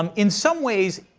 um in some ways,